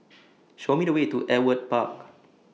Show Me The Way to Ewart Park